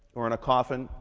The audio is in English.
or in a coffin?